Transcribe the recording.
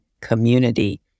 community